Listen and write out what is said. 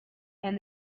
and